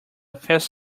fast